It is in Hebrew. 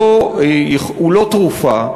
הוא לא תרופה,